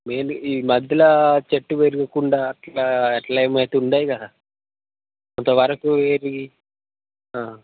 main ఈ మధ్యలో చెట్టు పెరగకుండా అట్లా అట్లా ఏమైతే ఉన్నాయిగా అంత వరకు వైపువి